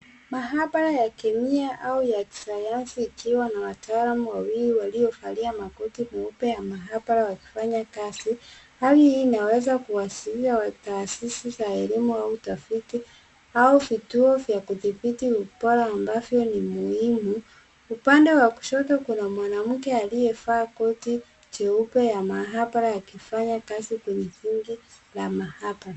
Mahabara ya kemia au ya kisayansi, ikiwa na wataalamu wawili waliovalia makoti meupe ya mahabara wakifanya kazi. Hali hii inaweza kuashiria wataasisi za elimu au utafiti, au vituo vya kudhibiti ubora ambavyo ni muhimu. Upande wa kushoto kuna mwanamke aliyevaa koti jeupe ya mahabara akifanya kazi kwenye sinki la mahabara.